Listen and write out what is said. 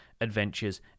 adventures